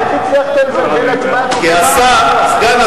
איך הצלחת לבלבל הצבעה כל כך